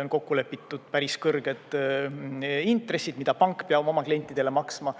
on kokku lepitud päris kõrged intressid, mida pank peab oma klientidele maksma.